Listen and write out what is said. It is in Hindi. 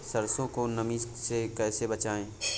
सरसो को नमी से कैसे बचाएं?